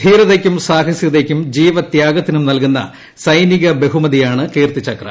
ധീരതയ്ക്കും സാഹസികതയ്ക്കും ജീവത്യാഗത്തിനും നൽകുന്ന സൈനിക ബഹുമതിയാണ് കീർത്തി ചക്ര